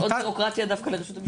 זה עוד בירוקרטיה דווקא לרשות המיסים.